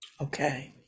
Okay